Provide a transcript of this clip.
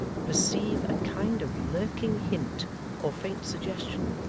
perceive a kind of lurking hint or faint suggestion,